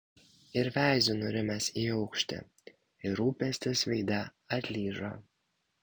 ir veiziu nurimęs į aukštį ir rūpestis veide atlyžo